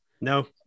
No